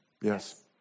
Yes